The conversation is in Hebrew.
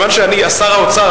שר האוצר,